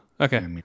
Okay